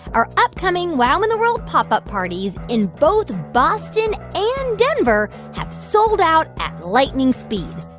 our upcoming wow in the world pop up parties in both boston and denver have sold out at lightning speed.